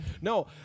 No